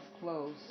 clothes